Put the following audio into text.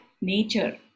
nature